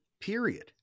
period